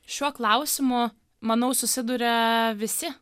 šiuo klausimu manau susiduria visi